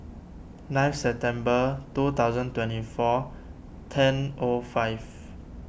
ninth September two thousand twenty four ten O five